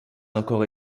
encore